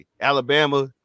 Alabama